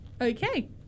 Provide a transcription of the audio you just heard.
Okay